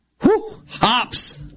Hops